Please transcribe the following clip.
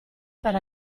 per